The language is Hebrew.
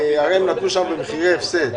נתנו במחירי הפסד.